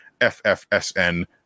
FFSN